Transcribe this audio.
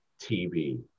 tv